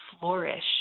flourish